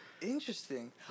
interesting